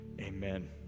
amen